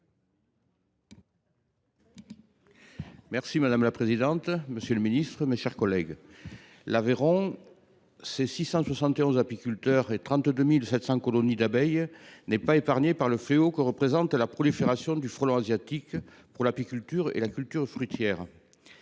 Madame la présidente, monsieur le secrétaire d’État, mes chers collègues, l’Aveyron, avec ses 671 apiculteurs et ses 32 700 colonies d’abeilles, n’est pas épargné par le fléau que représente la prolifération du frelon asiatique pour l’apiculture et la culture fruitière.